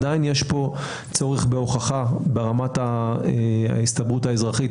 עדיין יש כאן צורך בהוכחה ברמת ההסתברות האזרחית,